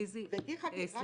ליזי, סליחה, לא,